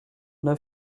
neuf